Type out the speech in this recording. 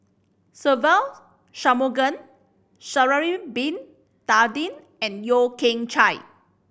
Se Ve Shanmugam Sha'ari Bin Tadin and Yeo Kian Chye